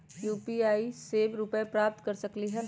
UPI से रुपए प्राप्त कर सकलीहल?